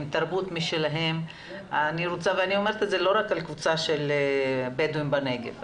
עם תרבות משלה ואני אומרת את זה לא רק לגבי קבוצת הבדואים בנגב,